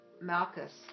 Malchus